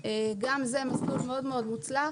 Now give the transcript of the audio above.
גם זה מסלול מאוד מוצלח